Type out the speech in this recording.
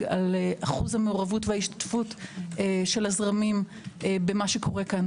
על אחוז המעורבות וההשתתפות של הזרמים במה שקורה פה.